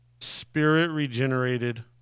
spirit-regenerated